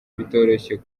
bitoroshye